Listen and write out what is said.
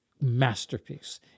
masterpiece